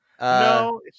No